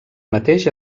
mateix